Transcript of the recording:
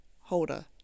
holder